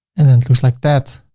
and then it looks like that.